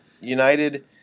United